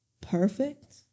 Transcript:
perfect